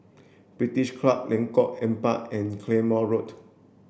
British Club Lengkok Empat and Claymore Road